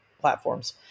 platforms